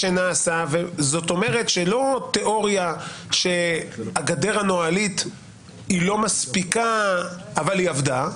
זאת אומרת לא התיאוריה שהגדר של הנוהל לא מספיקה אבל היא עבדה,